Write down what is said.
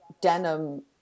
denim